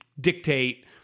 dictate